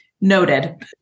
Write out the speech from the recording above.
Noted